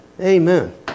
Amen